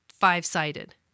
five-sided